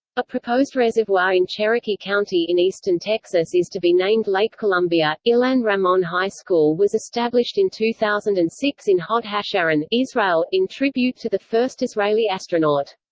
a proposed reservoir in cherokee county in eastern texas is to be named lake columbia ilan ramon high school was established in two thousand and six in hod hasharon, israel, in tribute to the first israeli astronaut.